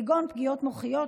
כגון פגיעות מוחיות,